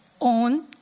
own